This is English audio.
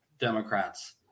Democrats